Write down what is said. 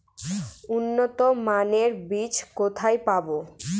উন্নতমানের বীজ কোথায় পাব?